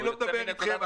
אני לא מדבר איתכם.